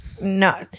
no